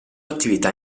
attività